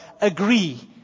agree